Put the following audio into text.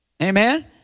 Amen